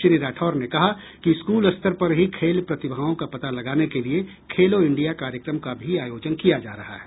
श्री राठौड़ ने कहा कि स्कूल स्तर पर ही खेल प्रतिभाओंका पता लगाने के लिए खेलो इंडिया कार्यक्रम का भी आयोजन किया जा रहा है